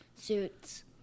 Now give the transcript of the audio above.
suits